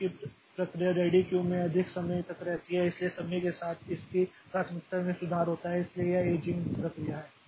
चूंकि प्रक्रिया ready queue में अधिक समय तक रहती है इसलिए समय के साथ इसकी प्राथमिकता में सुधार होता है इसलिए यह एजिंग प्रक्रिया है